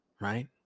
right